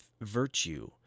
virtue